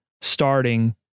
starting